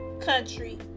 country